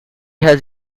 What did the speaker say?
has